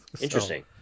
interesting